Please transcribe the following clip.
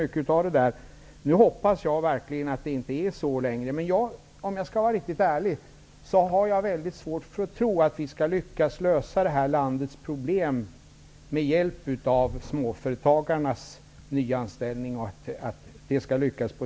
Jag hoppas verkligen att det inte är så längre. Jag har svårt att tro att vi skall lyckas lösa landets problem med hjälp av att småföretagarna nyanställer folk.